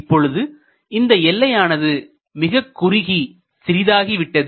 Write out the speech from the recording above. இப்பொழுது இந்த எல்லையானது மிகக் குறுகி சிறிதாகி விட்டது